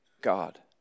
God